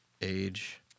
age